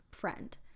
friend